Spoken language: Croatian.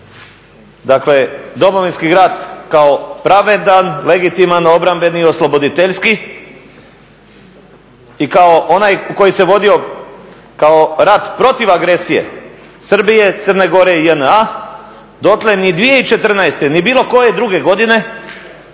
Domovinski rat kao pravedan, legitiman, obrambeni, osloboditeljski i kao onaj koji se vodio kao rat protiv agresije Srbije, Crne Gore i JNA dotle ni 2014.ni bilo koje druge godine